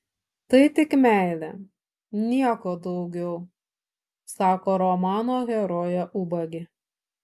tai tik meilė nieko daugiau sako romano herojė ubagė